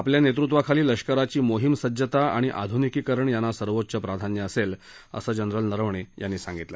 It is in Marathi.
आपल्या नेतृत्वाखाली लष्कराची मोहिमसज्जता आणि आधुनिकीकरण यांना सर्वोच्च प्राधान्य असेल असं जनरल नरवणे म्हणाले